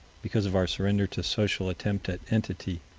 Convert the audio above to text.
because of our surrender to social attempt at entity,